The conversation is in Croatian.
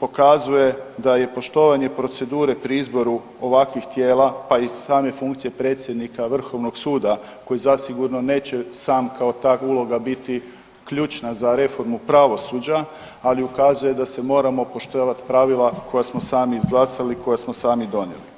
pokazuje da je poštovanje procedure pri izboru ovakvih tijela pa i same funkcije predsjednika Vrhovnog suda koji zasigurno neće sam kao uloga biti ključna za reformu pravosuđa, ali ukazuje da se moramo poštovati pravila koja smo sami izglasali, koja samo sami donijeli.